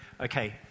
Okay